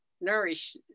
nourish